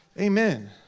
Amen